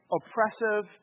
oppressive